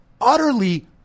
utterly